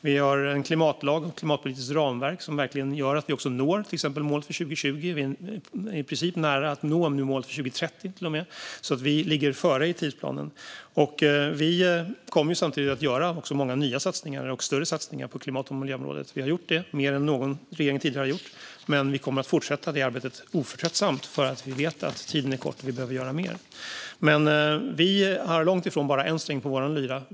Vi har en klimatlag och ett klimatpolitiskt ramverk som verkligen gör att vi når till exempel målet för 2020. Vi är i princip nära att nå målet för 2030, till och med. Vi ligger alltså före i tidsplanen. Vi kommer samtidigt att göra många nya satsningar och större satsningar på klimat och miljöområdet. Vi har gjort det mer än någon regering tidigare har gjort. Men vi kommer oförtröttligt att fortsätta det arbetet, för vi vet att tiden är kort och att vi behöver göra mer. Vi har långt ifrån bara en sträng på vår lyra.